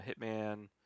Hitman